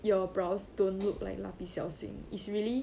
your brows don't look like 蜡笔小新 is really